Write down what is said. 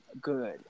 good